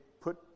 put